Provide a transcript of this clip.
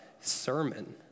sermon